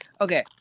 Okay